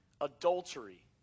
adultery